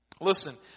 Listen